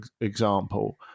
example